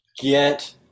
get